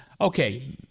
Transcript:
Okay